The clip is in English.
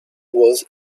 was